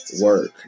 work